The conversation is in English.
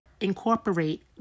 incorporate